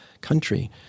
country